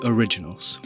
Originals